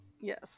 Yes